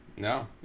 No